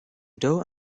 dough